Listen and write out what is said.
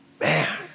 Man